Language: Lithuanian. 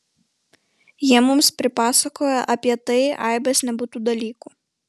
jie mums pripasakoja apie tai aibes nebūtų dalykų